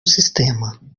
sistema